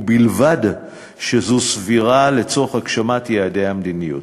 ובלבד שזו סבירה לצורך הגשמת יעדי המדיניות.